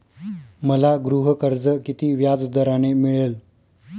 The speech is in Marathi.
मला गृहकर्ज किती व्याजदराने मिळेल?